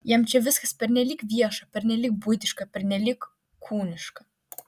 jam čia viskas pernelyg vieša pernelyg buitiška pernelyg kūniška